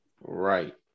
Right